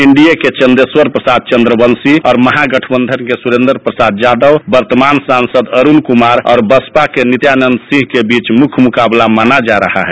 NDA के चंदेश्वर प्रसाद चंद्रवंशी और महागठबंधन के सुरेंद्र प्रसाद यादव वर्तमान सांसद अरूण कुमार और बसपा के नित्यानंद सिंह के बीच मुख्य मुकाबला माना जा रहा है